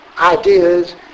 ideas